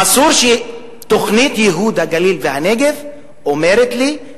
אסור שתוכנית ייהוד הגליל והנגב אומרת לי,